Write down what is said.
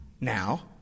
now